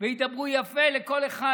וידברו יפה לכל אחד,